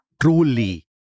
truly